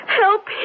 Help